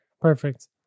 perfect